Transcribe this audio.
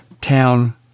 town